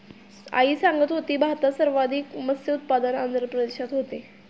आई सांगत होती, भारतात सर्वाधिक मत्स्य उत्पादन आंध्र प्रदेशात होते